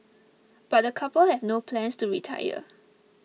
but the couple have no plans to retire